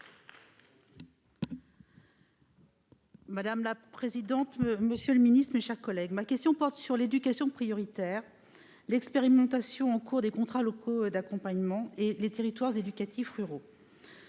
de La Provôté. Monsieur le ministre, ma question porte sur l'éducation prioritaire, l'expérimentation en cours des contrats locaux d'accompagnement et les territoires éducatifs ruraux.